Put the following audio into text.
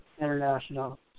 International